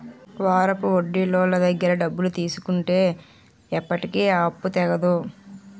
వారాపొడ్డీలోళ్ళ దగ్గర డబ్బులు తీసుకుంటే ఎప్పటికీ ఆ అప్పు తెగదు